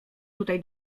tutaj